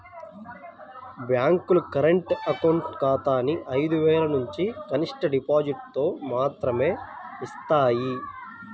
బ్యేంకులు current account ఖాతాని ఐదు వేలనుంచి కనిష్ట డిపాజిటుతో మాత్రమే యిస్తాయి